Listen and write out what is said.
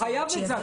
חייב את זה,